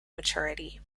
maturity